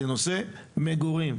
לנושא המגורים.